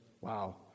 Wow